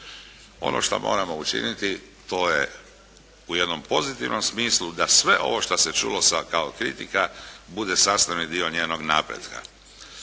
Ono što moramo učiniti to je u jednom pozitivnom smislu da sve ovo što se čulo sad kao kritika bude sastavni dio njenog napretka.